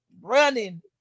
running